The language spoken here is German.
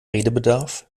redebedarf